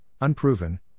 unproven